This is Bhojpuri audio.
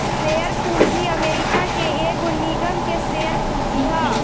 शेयर पूंजी अमेरिका के एगो निगम के शेयर पूंजी ह